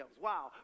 Wow